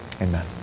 amen